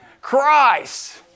Christ